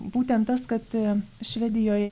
būtent tas kad švedijoj